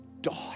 daughter